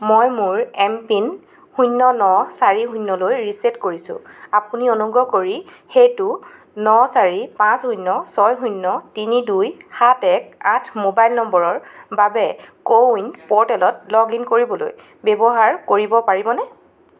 মই মোৰ এমপিন শূন্য ন চাৰি শূন্য লৈ ৰিছেট কৰিছো আপুনি অনুগ্ৰহ কৰি সেইটো ন চাৰি পাঁচ শূন্য ছয় শূন্য তিনি দুই সাত এক আঠ মোবাইল নম্বৰৰ বাবে কো ৱিন প'ৰ্টেলত লগ ইন কৰিবলৈ ব্যৱহাৰ কৰিব পাৰিবনে